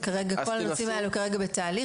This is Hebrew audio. כרגע כל הנושאים האלה בתהליך,